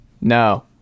No